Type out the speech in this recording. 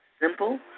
simple